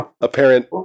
apparent